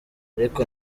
ariko